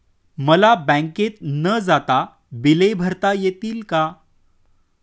मला बँकेत न जाता बिले भरता येतील का?